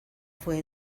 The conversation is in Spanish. fue